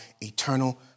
eternal